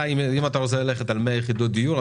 אם אתה רוצה ללכת על 100 יחידות דיור,